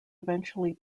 eventually